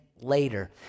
later